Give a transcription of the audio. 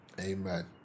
Amen